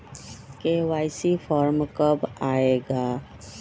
KYC form कब आए गा?